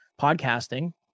podcasting